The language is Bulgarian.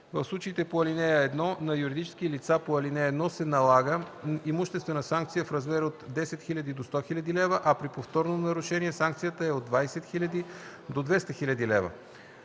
В случаите по ал. 1 на юридическите лица по ал. 1 се налага имуществена санкция в размер от 10 000 до 100 000 лв., а при повторно нарушение санкцията е от 20 000 до 200 000 лв.”